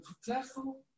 successful